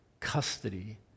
custody